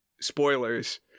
spoilers